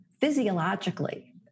Physiologically